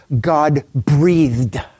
God-breathed